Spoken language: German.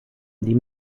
die